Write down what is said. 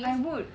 I would